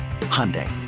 Hyundai